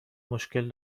مشکل